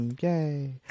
Yay